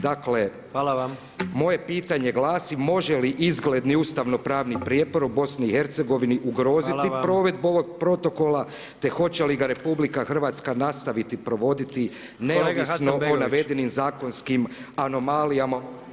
Dakle, moje pitanje glasi može li izgledni ustavno pravni prijepor u BiH ugroziti provedbu ovog protokola te hoće li ga RH nastaviti provoditi neovisno o navedenim zakonski anomalijama